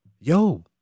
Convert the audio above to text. Yo